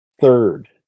third